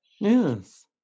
yes